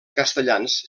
castellans